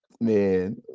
Man